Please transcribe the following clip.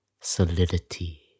Solidity